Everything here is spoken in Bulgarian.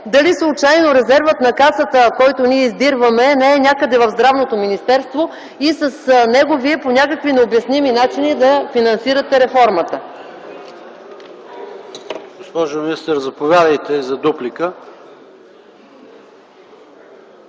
Дали случайно резервът на Касата, който ние издирваме, не е някъде в Здравното министерство и с него Вие по някакви необясними начини да финансирате реформата?